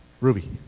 Ruby